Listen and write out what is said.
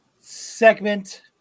segment